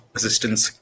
Assistance